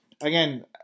again